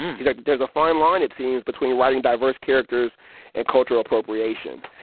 he said, there's a fine line, it seems, between writing diverse characters and cultural appropriation.